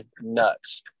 nuts